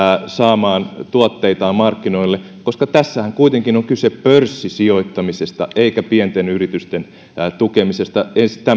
saamaan tuotteitaan markkinoille koska tässähän kuitenkin on kyse pörssisijoittamisesta eikä pienten yritysten tukemisesta